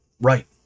Right